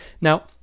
Now